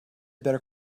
better